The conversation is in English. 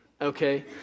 okay